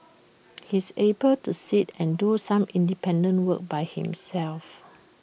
he's able to sit and do some independent work by himself